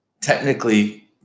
technically